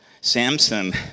Samson